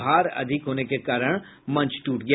भार अधिक होने के कारण मंच टूट गया